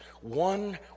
one